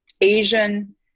Asian